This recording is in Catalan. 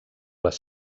les